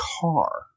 car